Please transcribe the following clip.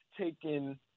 taken